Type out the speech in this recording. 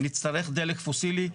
נצטרך דלק פוסילי,